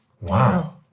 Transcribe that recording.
Wow